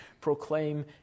Proclaim